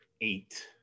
eight